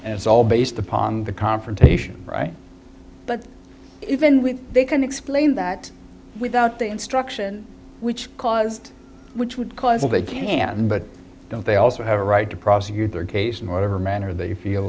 and it's all based upon the confrontation right but even with they can explain that without the instruction which caused which would cause all they can but don't they also have a right to prosecute their case in whatever manner they feel